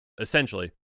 essentially